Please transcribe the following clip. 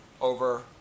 over